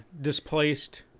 displaced